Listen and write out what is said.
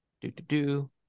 do-do-do